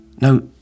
No